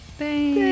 thank